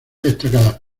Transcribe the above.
destacadas